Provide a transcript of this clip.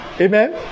Amen